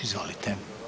Izvolite.